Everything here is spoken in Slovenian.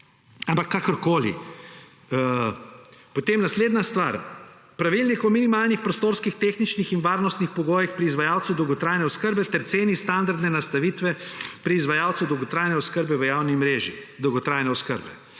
ampak kakorkoli. Potem naslednja stvar, pravilnik o minimalnih, prostorskih, tehničnih in varnostnih pogojih pri izvajalcu dolgotrajne oskrbe ter ceni standardne nastanitve pri izvajalcu dolgotrajne oskrbe v javni mreži